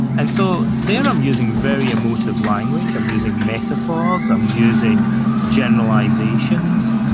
and so, there i'm using very emotive language. i'm using metaphors, i'm using generalizations,